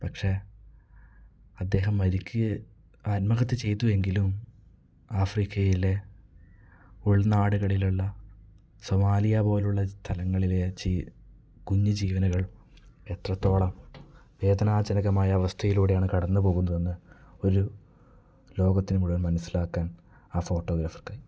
പക്ഷേ അദ്ദേഹം മരിക്കുക ആത്മഹത്യ ചെയ്തുവെങ്കിലും ആഫ്രിക്കയിലെ ഉൾനാടുകളിലുള്ള സോമാലിയ പോലുള്ള സ്ഥലങ്ങളിലെ ജി കുഞ്ഞ് ജീവനുകൾ എത്രത്തോളം വേദനാജനകമായ അവസ്ഥയിലൂടെയാണ് കടന്ന് പോകുന്നതെന്ന് ഒരു ലോകത്തിന് മുഴുവൻ മനസ്സിലാക്കാൻ ആ ഫോട്ടോഗ്രാഫർക്ക്